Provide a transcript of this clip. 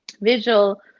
visual